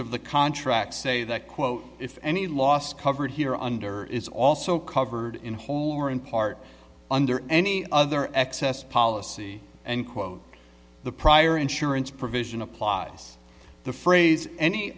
of the contract say that quote if any loss covered here under is also covered in whole or in part under any other excess policy and quote the prior insurance provision applies the phrase any